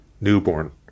newborn